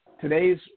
today's